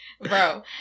bro